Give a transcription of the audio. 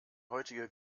heutige